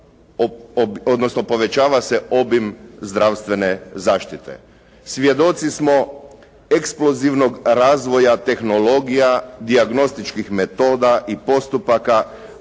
odnosno povećava se obim zdravstvene zaštite. Svjedoci smo eksplozivnog razvoja tehnologija, dijagnostičkih metoda i postupaka,